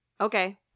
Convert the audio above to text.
Okay